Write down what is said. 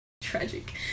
tragic